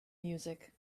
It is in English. music